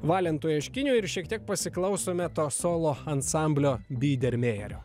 valentui aškiniui ir šiek tiek pasiklausome to solo ansamblio bydermejerio